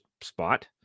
spot